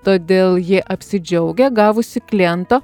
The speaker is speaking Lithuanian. todėl ji apsidžiaugia gavusi kliento